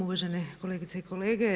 Uvažene kolegice i kolege.